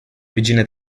vicine